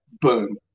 boom